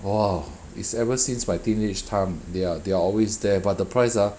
!wah! is ever since my teenage time they're they're always there but the price ah